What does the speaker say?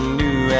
new